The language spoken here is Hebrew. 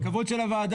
זה הכבוד של הוועדה.